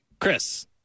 Chris